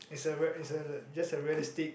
is a rea~ is a just a realistic